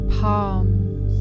palms